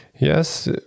Yes